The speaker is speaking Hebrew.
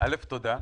תודה.